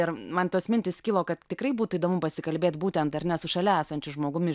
ir man tos mintys kilo kad tikrai būtų įdomu pasikalbėt būtent ar ne su šalia esančiu žmogumi